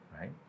right